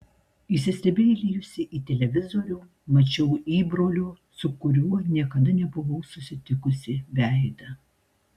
įsistebeilijusi į televizorių mačiau įbrolio su kuriuo niekada nebuvau susitikusi veidą